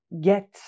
get